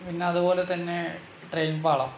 പിന്നെ അതുപോലെ തന്നെ ട്രെയിൻ പാളം